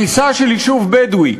הריסה של יישוב בדואי